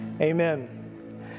Amen